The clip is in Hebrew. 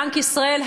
בנק ישראל,